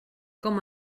com